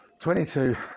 22